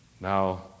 Now